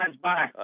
Bye